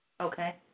Okay